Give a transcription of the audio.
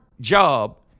job